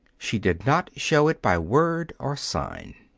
she did not show it by word or sign.